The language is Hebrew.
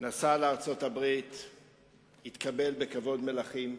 נסע לארצות-הברית והתקבל בכבוד מלכים.